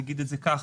נגיד את זה כך,